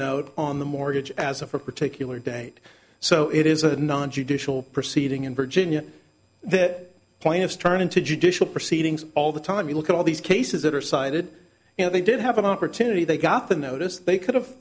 note on the mortgage as of a particular date so it is a non judicial proceeding in virginia that point is turned into judicial proceedings all the time you look at all these cases that are cited and they did have an opportunity they got the notice they could